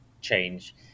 change